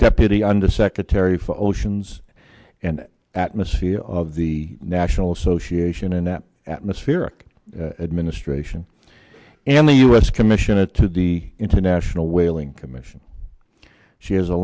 deputy undersecretary for oceans and atmosphere of the national association and that atmospheric administration and the u s commission it to the international whaling commission she has a